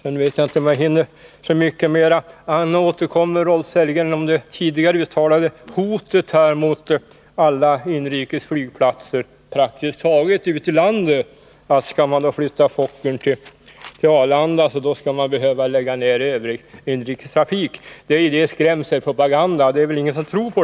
Rolf Sellgren återkommer till det tidigare uttalade hotet mot praktiskt taget alla inrikes flygplatser ute i landet: Om trafiken med Fokkerplanen flyttas till Arlanda måste övrig inrikestrafik läggas ned. Men det är skrämselpropaganda som väl ingen tror på.